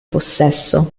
possesso